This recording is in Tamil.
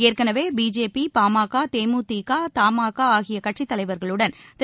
ஏற்கனவே பிஜேபி பாமக தேமுதிக தமாகா ஆகிய கட்சித் தலைவர்களுடன் திரு